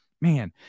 man